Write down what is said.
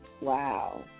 Wow